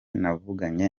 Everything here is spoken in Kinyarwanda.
navuganye